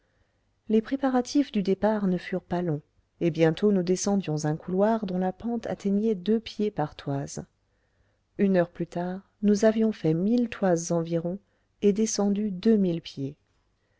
les préparatifs du départ ne furent pas longs et bientôt nous descendions un couloir dont la pente atteignait deux pieds par toise une heure plus tard nous avions fait mille toises environ et descendu deux mille pieds